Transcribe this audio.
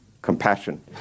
compassion